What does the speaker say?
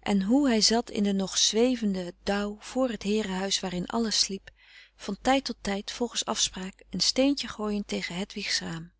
en hoe hij zat in den nog zwevenden dauw voor het heerenhuis waarin alles sliep van tijd tot tijd volgens afspraak een steentje gooiend tegen hedwig's raam